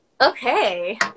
Okay